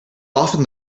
often